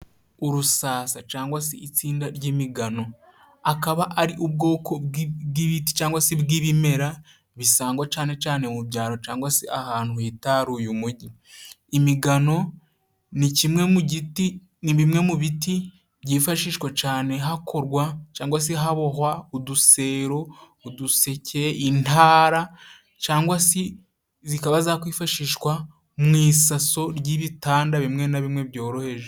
Urusasa cyangwa se itsinda ry'imigano. Akaba ari ubwoko bw'ibiti cyangwa se bw'ibimera, bisangwa cyane cyane mu byaro cyangwa se ahantu hitaruye umujyi. Imigano ni bimwe mu biti byifashishwa cyane hakorwa cyangwa se habohwa udusero, uduseke, intara cyangwa se zikaba zakwifashishwa mu isaso ry'ibitanda bimwe na bimwe byoroheje.